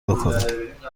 بکنید